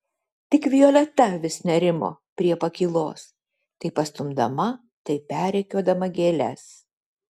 tik violeta vis nerimo prie pakylos tai pastumdama tai perrikiuodama gėles